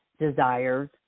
desires